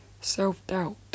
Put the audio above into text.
self-doubt